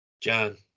John